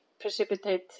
precipitate